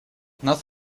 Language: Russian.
нас